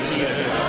Jesus